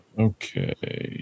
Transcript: okay